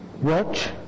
Watch